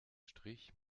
strich